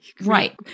Right